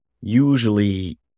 usually